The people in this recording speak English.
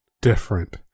different